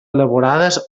elaborades